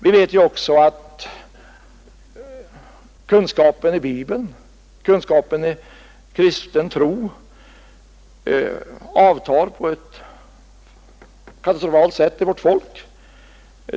Vi vet också att kunskapen i Bibeln och kunskapen i kristen tro avtar på ett katastrofalt sätt i vårt folk.